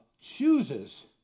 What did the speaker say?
chooses